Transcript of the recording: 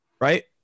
Right